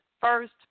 first